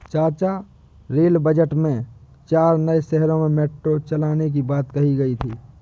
चाचा rail budget में चार नए शहरों में मेट्रो चलाने की बात कही गई थी